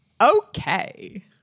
Okay